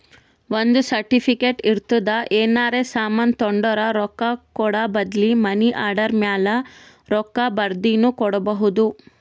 ಒಂದ್ ಸರ್ಟಿಫಿಕೇಟ್ ಇರ್ತುದ್ ಏನರೇ ಸಾಮಾನ್ ತೊಂಡುರ ರೊಕ್ಕಾ ಕೂಡ ಬದ್ಲಿ ಮನಿ ಆರ್ಡರ್ ಮ್ಯಾಲ ರೊಕ್ಕಾ ಬರ್ದಿನು ಕೊಡ್ಬೋದು